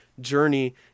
journey